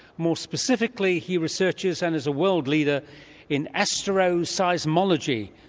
most specifically he researches and is a world leader in astro-seismology,